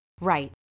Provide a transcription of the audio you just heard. Right